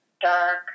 dark